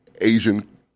Asian